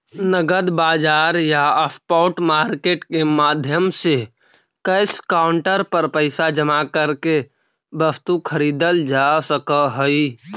नगद बाजार या स्पॉट मार्केट के माध्यम से कैश काउंटर पर पैसा जमा करके वस्तु खरीदल जा सकऽ हइ